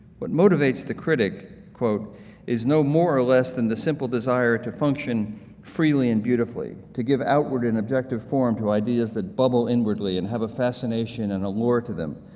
what motivates the critic is no more or less than the simple desire to function freely and beautifully, to give outward and objective for more ideas that bubble inwardly and have a fascination and a lure to them,